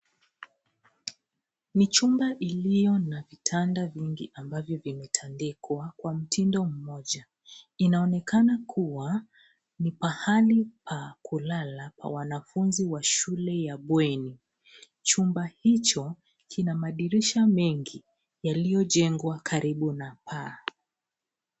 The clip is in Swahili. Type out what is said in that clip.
Ni chumba iliyo na vitanda vingi ambavyo vimetandikwa kwa mtindo mmoja. Inaonekana kuwa ni pahali pa kulala pa wanafunzi wa shule ya bweni. Chumba hicho kina madirisha mengi yaliyojengwa karibu na paa.